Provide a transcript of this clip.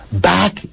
back